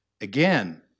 Again